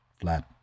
flat